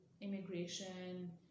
immigration